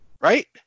Right